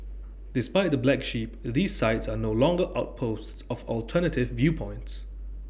despite the black sheep these sites are no longer outposts of alternative viewpoints